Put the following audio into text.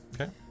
Okay